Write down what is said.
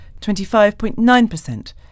25.9%